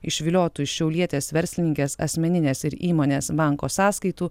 išviliotų iš šiaulietės verslininkės asmeninės ir įmonės banko sąskaitų